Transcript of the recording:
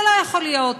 זה לא יכול להיות,